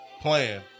plan